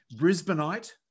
Brisbaneite